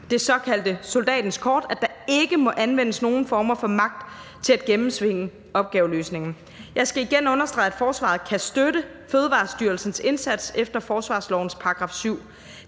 det såkaldte soldatens kort, at der ikke må anvendes nogen former for magt til at gennemtvinge opgaveløsningen. Jeg skal igen understrege, at forsvaret kan støtte Fødevarestyrelsens indsats efter forsvarslovens § 7.